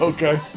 Okay